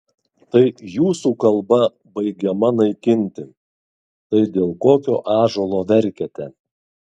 tai jūsų kalba baigiama naikinti tai dėl kokio ąžuolo verkiate